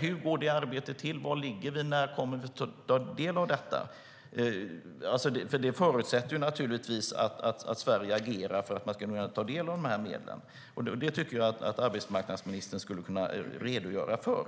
Hur går det arbetet till, var ligger vi och när kommer vi att få ta del av detta? Det förutsätter naturligtvis att Sverige agerar för att kunna ta del av medlen. Det tycker jag att arbetsmarknadsministern skulle kunna redogöra för.